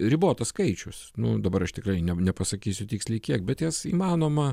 ribotas skaičius nu dabar aš tikrai ne nepasakysiu tiksliai kiek bet jas įmanoma